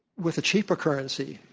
with a cheaper currency,